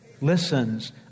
Listens